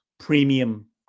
Premium